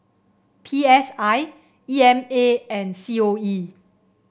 P S I E M A and C O E